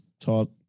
talk